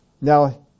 Now